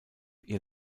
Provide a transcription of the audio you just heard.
ihr